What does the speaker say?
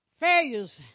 Failures